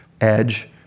edge